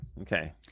okay